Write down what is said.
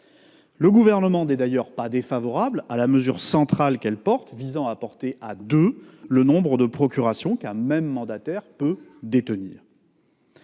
pas. Il n'est d'ailleurs pas défavorable à la mesure centrale de ce texte, consistant à porter à deux le nombre de procurations qu'un même mandataire peut détenir.